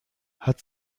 hat